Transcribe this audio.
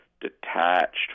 detached